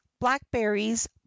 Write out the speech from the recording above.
blackberries